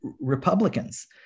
Republicans